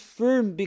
firm